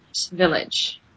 Village